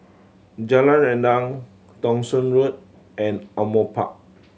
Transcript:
Jalan Rendang Thong Soon Road and Ardmore Park